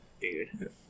dude